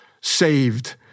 saved